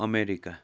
America